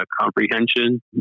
comprehension